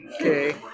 Okay